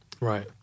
Right